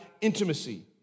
intimacy